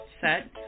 set